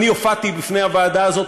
אני הופעתי בפני הוועדה הזאת,